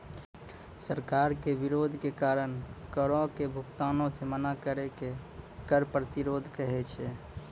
सरकार के विरोध के कारण करो के भुगतानो से मना करै के कर प्रतिरोध कहै छै